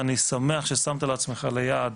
ואני שמח ששמת לעצמך ליעד